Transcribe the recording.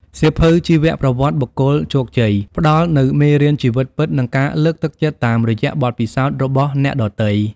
សៀវភៅជីវប្រវត្តិបុគ្គលជោគជ័យ ផ្ដល់នូវមេរៀនជីវិតពិត និងការលើកទឹកចិត្តតាមរយៈបទពិសោធន៍របស់អ្នកដទៃ។